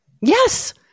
Yes